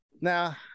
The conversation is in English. Now